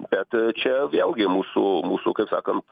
bet čia vėlgi mūsų mūsų kaip sakant